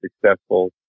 successful